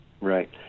Right